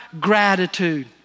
gratitude